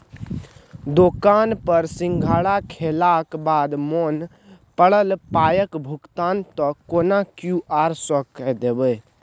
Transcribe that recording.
दोकान पर सिंघाड़ा खेलाक बाद मोन पड़ल पायक भुगतान त कोनो क्यु.आर सँ कए देब